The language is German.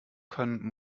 können